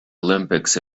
olympics